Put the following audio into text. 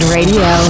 Radio